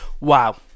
Wow